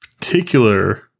particular